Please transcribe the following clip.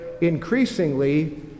increasingly